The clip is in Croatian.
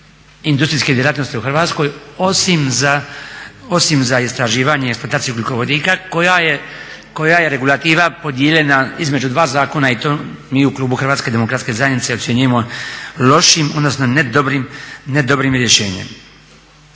industrijske djelatnosti u Hrvatskoj, osim za istraživanje i eksploataciju ugljikovodika koja je regulativa podijeljena između dva zakona i to mi u klubu HDZ-a ocjenjujemo lošim odnosno nedobrim rješenjem.